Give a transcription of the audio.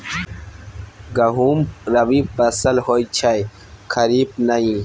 गहुम रबी फसल होए छै खरीफ नहि